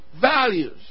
values